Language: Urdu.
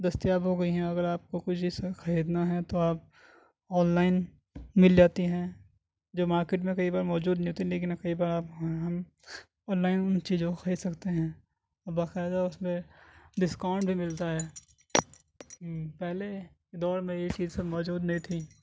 دستیاب ہو گئی ہیں اگر آپ کو کوئی چیز خریدنا ہے تو آپ آن لائن مل جاتی ہیں جو مارکیٹ میں کئی بار موجود نہیں ہوتی لیکن کئی بار آپ آن لائن چیزوں کو خرید سکتے ہیں اور باقاعدہ اس پہ ڈسکاؤنٹ بھی ملتا ہے ہاں پہلے کے دور میں یہ چیز سب موجود نہیں تھی